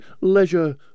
leisure